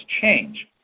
change